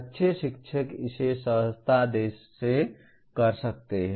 अच्छे शिक्षक इसे सहजता से कर सकते हैं